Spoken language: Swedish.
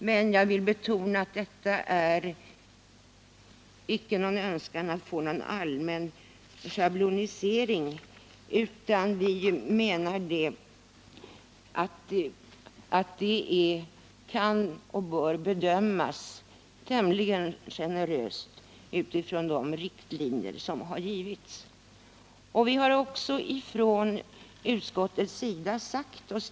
Men jag vill betona att detta icke innebär någon önskan att få en allmän schabionisering, utan vi menar att det kan och bör bedömas tämligen generöst utifrån de riktlinjer som har angivits.